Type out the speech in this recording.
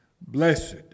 Blessed